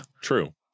True